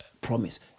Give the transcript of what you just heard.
promise